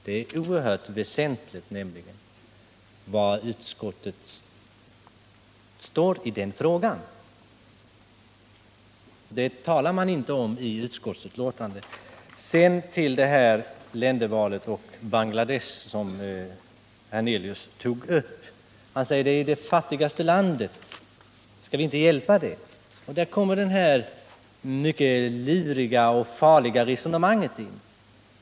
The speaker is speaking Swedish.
Det är nämligen oerhört väsentligt var utskottet står i den frågan, men det talar man inte om i utskottsbetänkandet. Sedan till diskussionen om ländervalet, som herr Hernelius tog upp. Han sade att Bangladesh är det fattigaste landet. Skall vi då inte hjälpa det? Men där kommer det mycket luriga och mycket farliga resonemanget in.